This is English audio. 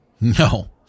No